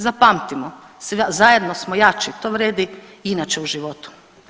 Zapamtimo, zajedno smo jači to vrijedi i inače u životu.